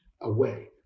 away